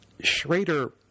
schrader